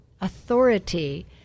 authority